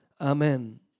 Amen